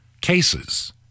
cases